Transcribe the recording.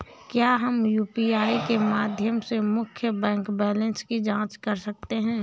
क्या हम यू.पी.आई के माध्यम से मुख्य बैंक बैलेंस की जाँच कर सकते हैं?